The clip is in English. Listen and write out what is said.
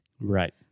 Right